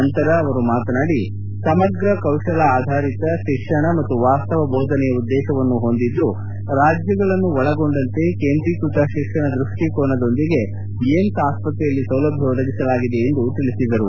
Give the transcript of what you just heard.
ನಂತರ ಅವರು ಮಾತನಾದಿ ಸಮಗ್ರ ಕೌಶಲ ಆಧಾರಿತ ಶಿಕ್ಷಣ ಮತ್ತು ವಾಸ್ತವ ಬೋಧನೆಯ ಉದ್ದೇಶವನ್ನು ಹೊಂದಿದ್ದು ರಾಜ್ಯಗಳನ್ನು ಒಳಗೊಂಡಂತೆ ಕೇಂದ್ರೀಕೃತ ಶಿಕ್ಷಣ ದ್ಬಷ್ಟಿಕೋನದೊಂದಿಗೆ ಏಮ್ಸ್ ಆಸ್ವತ್ರೆಯಲ್ಲಿ ಸೌಲಭ್ಯ ಒದಗಿಸಲಾಗಿದೆ ಎಂದು ಹೇಳಿದರು